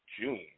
June